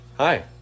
Hi